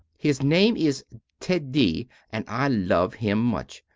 his name is teddy and i love him much.